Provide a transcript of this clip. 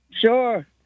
Sure